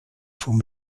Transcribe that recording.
vom